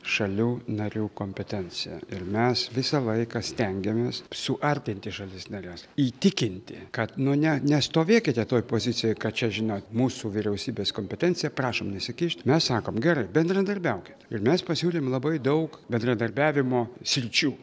šalių narių kompetencija ir mes visą laiką stengiamės suartinti šalis nares įtikinti kad nu ne nestovėkite toj pozicijoj kad čia žinot mūsų vyriausybės kompetencija prašom nesikišt mes sakom gerai bendradarbiaukit ir mes pasiūlėm labai daug bendradarbiavimo sričių